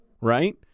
right